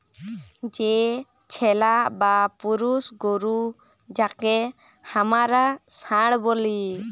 যে ছেলা বা পুরুষ গরু যাঁকে হামরা ষাঁড় ব্যলি